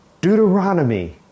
Deuteronomy